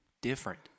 different